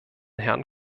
herrn